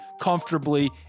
comfortably